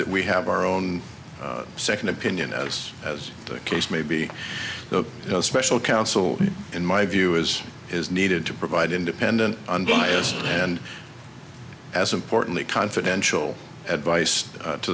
that we have our own second opinion as as the case may be the special counsel in my view is is needed to provide independent unbiased and as importantly confidential advice